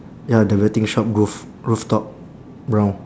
ya the betting shop roof rooftop brown